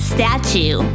Statue